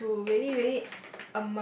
and to really really